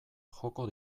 joko